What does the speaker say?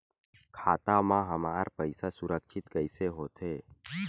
खाता मा हमर पईसा सुरक्षित कइसे हो थे?